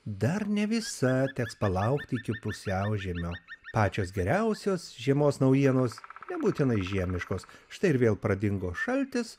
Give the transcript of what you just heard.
dar ne visa teks palaukti iki pusiaužiemio pačios geriausios žiemos naujienos nebūtinai žiemiškos štai ir vėl pradingo šaltis